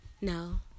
No